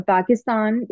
Pakistan